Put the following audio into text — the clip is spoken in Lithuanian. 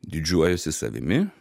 didžiuojuosi savimi